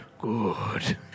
Good